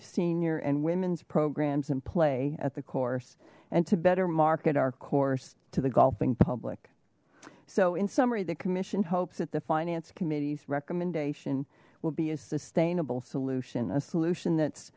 senior and women's programs and play at the course and to better market our course to the golfing public so in summary the commission hopes that the finance committee's recommendation will be a sustainable solution a solution that's